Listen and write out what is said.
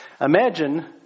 Imagine